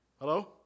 Hello